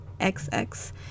XX